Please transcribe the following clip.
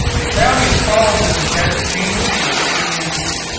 the county has followed this intent with changes to its c d m p.